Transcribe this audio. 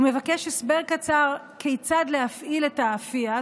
הוא מבקש הסבר קצר כיצד להפעיל את הפיאט,